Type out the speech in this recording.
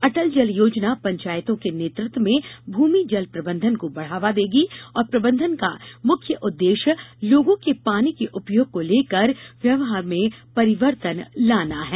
अटल जल योजना पंचायतों के नेतृत्वं में भूमि जल प्रबंधन को बढ़ावा देगी और प्रबंधन का मुख्य उद्देश्य लोगों के पानी के उपयोग को लेकर व्यवहार में परिवर्तन लाना है